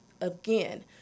again